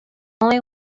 only